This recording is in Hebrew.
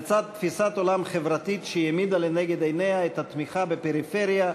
לצד תפיסת עולם חברתית שהעמידה לנגד עיניה את התמיכה בפריפריה,